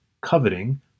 coveting